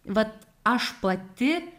vat aš pati